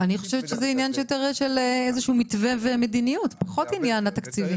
אני חושבת שזה עניין של מתווים ומדיניות ופחות העניין התקציבי.